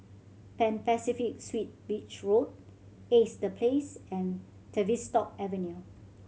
Pan Pacific Suites Beach Road Ace The Place and Tavistock Avenue